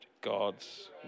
God's